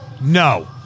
No